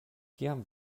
kiam